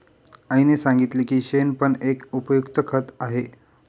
आईने सांगितले की शेण पण एक उपयुक्त खत आहे